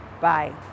Bye